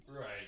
Right